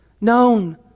Known